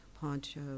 Poncho